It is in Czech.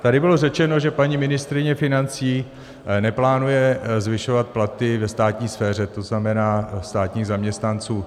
Tady bylo řečeno, že paní ministryně financí neplánuje zvyšovat platy ve státní sféře, to znamená státních zaměstnanců.